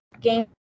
game